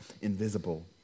invisible